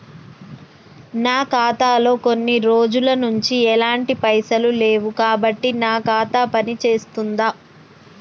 నా ఖాతా లో కొన్ని రోజుల నుంచి ఎలాంటి పైసలు లేవు కాబట్టి నా ఖాతా పని చేస్తుందా?